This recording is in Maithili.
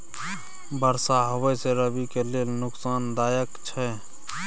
बरसा होबा से रबी के लेल नुकसानदायक छैय?